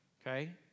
Okay